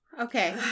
Okay